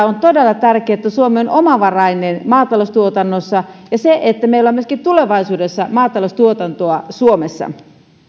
on todella tärkeää että suomi on omavarainen maataloustuotannossa ja että meillä on myöskin tulevaisuudessa maataloustuotantoa suomessa